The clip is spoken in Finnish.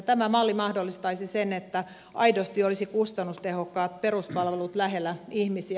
tämä malli mahdollistaisi sen että aidosti olisi kustannustehokkaat peruspalvelut lähellä ihmisiä